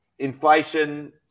Inflation